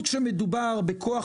היום, ה-14 במרץ, כ"א באדר